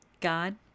God